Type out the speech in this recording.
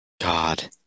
God